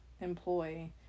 employ